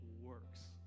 works